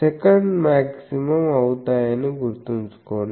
second maximum అవుతాయని గుర్తుంచుకోండి